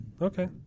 Okay